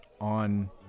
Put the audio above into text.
on